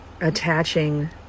attaching